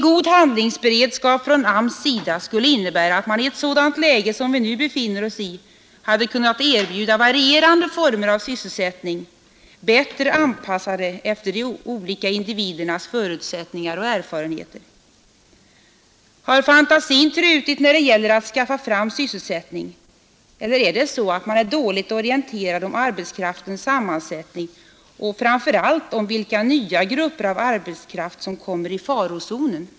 En god handlingsberedskap från AMS:s sida skulle innebära att man i ett sådant läge som det vi nu befinner oss i hade kunnat erbjuda varierande former av sysselsättning, bättre anpassade efter de olika individernas förutsättningar och erfarenheter. Har fantasin trutit när det gäller att skaffa fram sysselsättning, eller är man dåligt orienterad om arbetskraftens sammansättning och framför allt om vilka nya grupper av arbetskraft som kommer i farozonen?